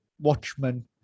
watchmen